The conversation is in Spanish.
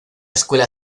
escuela